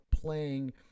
playing